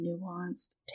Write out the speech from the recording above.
nuanced